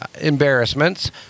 embarrassments